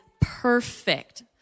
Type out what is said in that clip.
perfect